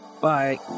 Bye